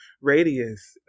radius